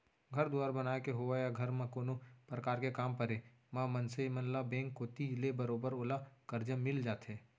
घर दुवार बनाय के होवय या घर म कोनो परकार के काम परे म मनसे मन ल बेंक कोती ले बरोबर ओला करजा मिल जाथे